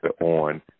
on